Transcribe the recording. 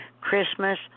Christmas